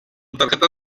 tarjeta